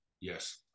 Yes